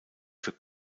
für